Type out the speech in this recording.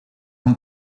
con